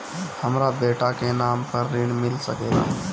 हमरा बेटा के नाम पर ऋण मिल सकेला?